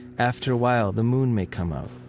after a while, the moon may come out,